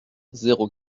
zéro